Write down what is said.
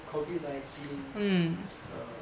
COVID nineteen